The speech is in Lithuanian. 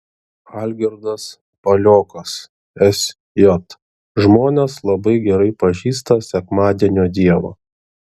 algirdas paliokas sj žmonės labai gerai pažįsta sekmadienio dievą